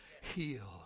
healed